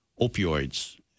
opioids